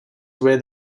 were